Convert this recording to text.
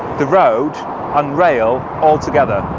the road and rail altogether.